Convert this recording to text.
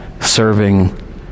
serving